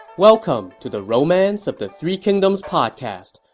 welcome to the romance of the three kingdoms podcast.